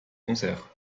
concerts